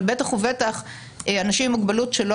אבל בטח ובטח אנשים עם מוגבלות שלא